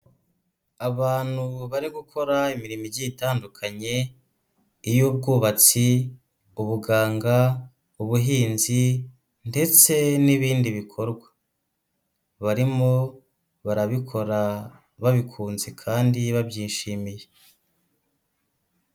Abantu bari gukora imirimo igiye itandukanye iy'ubwubatsi, ubuganga, ubuhinzi ndetse n'ibindi bikorwa barimo barabikora babikunze kandi babyishimiye.